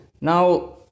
now